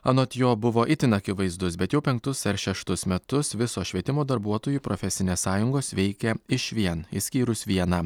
anot jo buvo itin akivaizdus bet jau penktus ar šeštus metus visos švietimo darbuotojų profesinės sąjungos veikia išvien išskyrus vieną